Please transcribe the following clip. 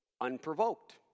unprovoked